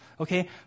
Okay